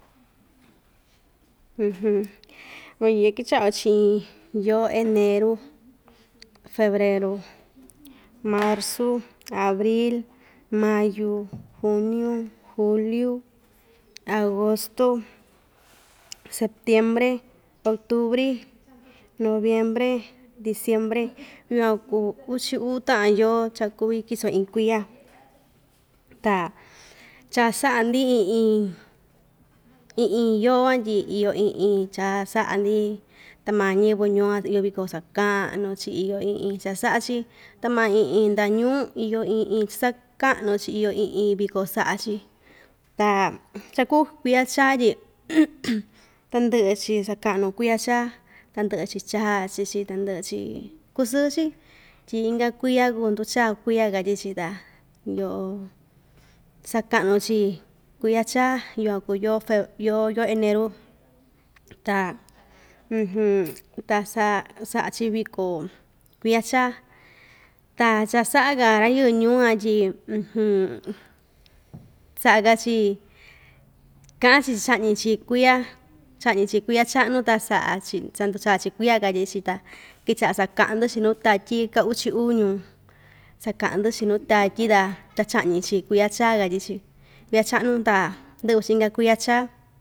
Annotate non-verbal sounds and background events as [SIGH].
[HESITATION] vityin kuakichaꞌa‑yo chiꞌi yoo eneru febreru marzu abril mayu juniu juliu agosto septiembre octubri [NOISE] noviembre diciembre yukuan kuu uchi uu taꞌan yoo cha kuvi kiso iin kuiya ta cha saꞌa‑ndi iin iin iin iin yoo van tyi iyo iin iin cha saꞌa‑ndi ta maa ñiyɨvɨ ñuo iyo viko sakaꞌnu‑chi iyo iin iin cha saꞌa‑chi tama iin iin ndaꞌa ñuu iyo iin iin cha sakaꞌnu‑chi iyo iin iin viko saꞌa‑chi ta cha kuu kuiya chaa tyi [NOISE] tandɨꞌɨ‑chi sakaꞌnu kuiya chaa tandɨꞌɨ‑chi chachi‑chi tandɨꞌɨ‑chi kusɨɨ‑chi tyi inka kuiya kuu nduchaa kuiya katyi‑chi ta yoꞌo sakaꞌnu‑chi kuiya chaa yukuan kuu yoo feb yoo yoo eneru ta [HESITATION] ta saa saꞌa‑chi viko kuiya chaa ta cha saꞌa‑ka rayɨɨ ñuu‑ya tyi [HESITATION] saꞌa‑ka ‑chi kaꞌan‑chi tyi chaꞌñi‑chi kuiya chaꞌñi‑chi kuiya chaꞌnu ta saꞌa‑chi sanducha‑chi kuiya katyi‑chi ta kichaꞌa sakaꞌa‑ndi chi nuu tatyi ka uchi uu ñuu sakaꞌa‑ndi chii nuu tatyi ta chaꞌñi‑chi kuiya chaa katyi‑chi kiuya chaꞌnu ta ndɨꞌvɨ‑chi inka kuiya chaa